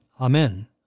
Amen